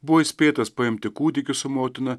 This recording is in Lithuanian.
buvo įspėtas paimti kūdikį su motina